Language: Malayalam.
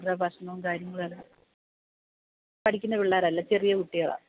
അവരുടെ ഭക്ഷണവും കാര്യങ്ങളുമെല്ലാം പഠിക്കുന്ന പിള്ളാരല്ല ചെറിയ കുട്ടികളാണ്